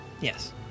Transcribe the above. Yes